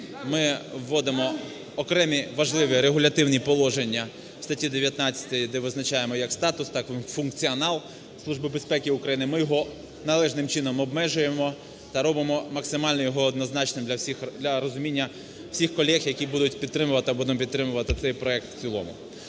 Ми вводимо окремі важливі регулятивні положення в статті 19, де визначаємо як статус, так і функціонал Служби безпеки України, ми його належним чином обмежуємо та робимо максимально його однозначним для всіх… для розуміння всіх колег, які будуть підтримувати або не